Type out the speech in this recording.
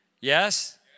Yes